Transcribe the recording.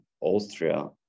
Austria